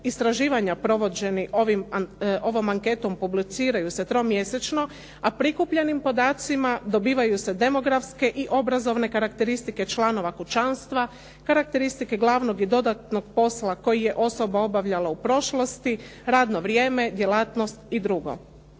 istraživanja provođeni ovom anketom publiciraju se tromjesečno, a prikupljenim podacima dobivaju se demografske i obrazovne karakteristike članova kućanstva, karakteristike glavnog i dodatnog posla koji je osoba obavljala u prošlosti, radno vrijeme, djelatnost i drugo.